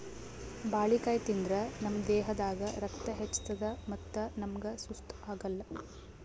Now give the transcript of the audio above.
ಬಾಳಿಕಾಯಿ ತಿಂದ್ರ್ ನಮ್ ದೇಹದಾಗ್ ರಕ್ತ ಹೆಚ್ಚತದ್ ಮತ್ತ್ ನಮ್ಗ್ ಸುಸ್ತ್ ಆಗಲ್